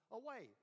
away